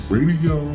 Radio